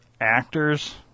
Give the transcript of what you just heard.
actors